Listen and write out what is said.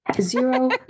zero